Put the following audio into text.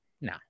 no